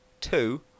two